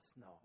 no